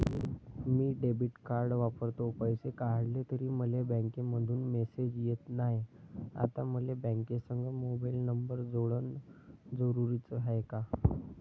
मी debit card वापरतो, पैसे काढले तरी मले बँकेमंधून मेसेज येत नाय, आता मले बँकेसंग मोबाईल नंबर जोडन जरुरीच हाय का?